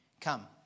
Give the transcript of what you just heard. come